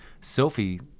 Sophie